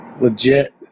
legit